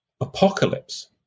apocalypse